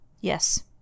Yes